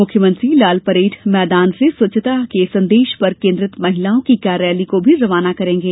मुख्यमंत्री आज लालपरेड ग्राउण्ड से स्वच्छता के संदेश पर केन्द्रित महिलाओं की कार रैली को भी रवाना करेंगे